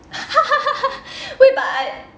wait but I